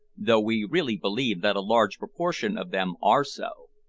though we really believe that a large proportion of them are so.